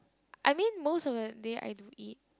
I mean most of the day I do eat